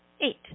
Eight